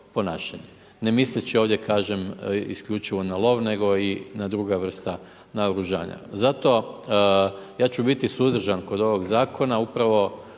ne misleći ovdje kažem isključivo na lov, nego i na druga vrsta naoružanja. Zato ja ću biti suzdržan kod ovoga zakona upravo